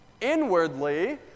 Inwardly